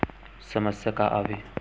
समस्या का आवे?